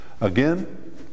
Again